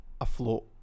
afloat